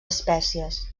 espècies